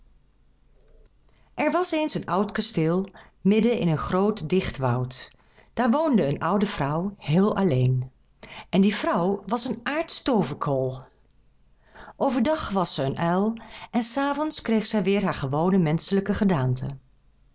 er was eens een oud kasteel midden in een groot dicht woud daar woonde een oude vrouw heel alleen en die vrouw was een aartstooverkol over dag was ze een uil en s avonds kreeg zij weer haar gewone menschelijke gedaante